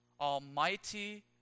almighty